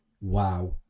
Wow